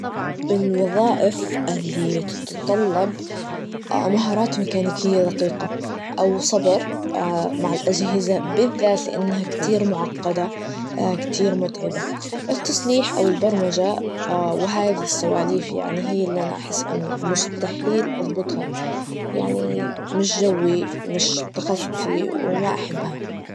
الوظائف اللي تتطلب مهارات ميكانيكية دقيقة, أو صبر مع الاجهزة بالذات لأنها كتير معقدة, كتير متعبة, التصليح أو البرمجة, وهذي السوالف يعني هي اللي انا بحس إني مستحيل اظبطها, يعني مش جوي, مش تخصصي, وما أحبها.